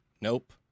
nope